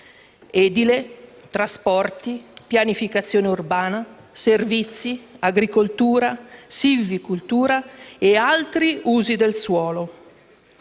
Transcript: edile, trasporti, pianificazione urbana, servizi, agricoltura, silvicoltura ed altri usi del suolo.